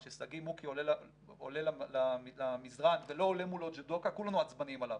כששגיא מוקי עולה למזרן ולא עולה מולו ג'ודוקה כולנו עצבניים עליו.